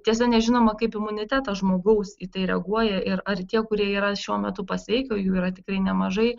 tiesa nežinoma kaip imunitetas žmogaus į tai reaguoja ir ar tie kurie yra šiuo metu pasveikę o jų yra tikrai nemažai